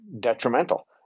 detrimental